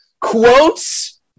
Quotes